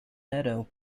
meadow